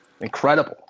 Incredible